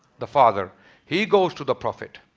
the father he goes to the prophet